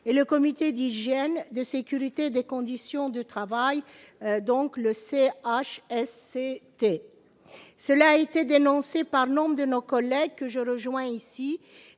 et le comité d'hygiène, de sécurité et des conditions de travail, ou CHSCT. Dénoncée par nombre de nos collègues, que je rejoins sur